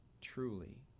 truly